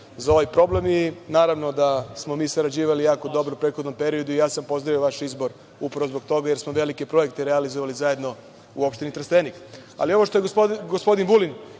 za ovaj problem i naravno da smo mi sarađivali jako dobro u prethodnom periodu i ja sam pozdravio vaš izbor upravo zbog toga jer smo velike projekte realizovali zajedno u opštini Trstenik. Ali, ono što je gospodin Vulin